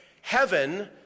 Heaven